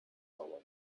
sauber